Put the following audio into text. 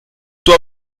toi